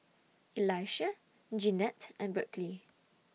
Elisha Jeannette and Berkley